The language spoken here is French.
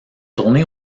tournée